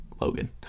Logan